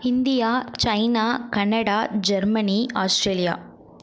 India China Canada Germany Australia